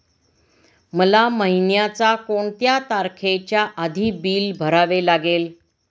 मला महिन्याचा कोणत्या तारखेच्या आधी बिल भरावे लागेल?